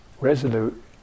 resolute